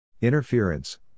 Interference